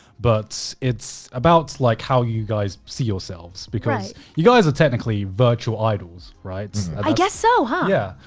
but it's it's about like how you guys see yourselves because you guys are technically virtual idols, right? i guess so huh. yeah.